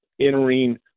entering